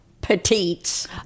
petites